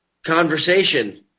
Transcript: conversation